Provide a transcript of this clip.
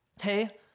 hey